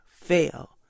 fail